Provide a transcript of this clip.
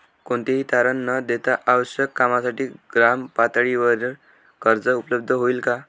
कोणतेही तारण न देता आवश्यक कामासाठी ग्रामपातळीवर कर्ज उपलब्ध होईल का?